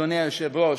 אדוני היושב-ראש,